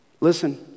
Listen